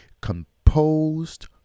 composed